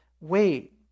wait